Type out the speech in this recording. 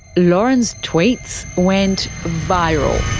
lauren's tweets went viral.